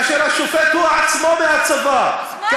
כאשר השופט עצמו הוא מהצבא, אז מה?